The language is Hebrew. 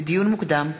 לדיון מוקדם: